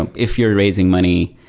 um if you're raising money,